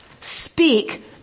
Speak